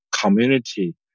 community